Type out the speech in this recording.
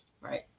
Right